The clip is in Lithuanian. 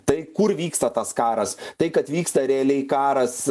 tai kur vyksta tas karas tai kad vyksta realiai karas